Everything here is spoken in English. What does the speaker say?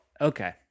okay